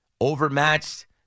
overmatched